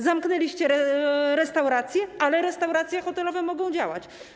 Zamknęliście restauracje, ale restauracje hotelowe mogą działać.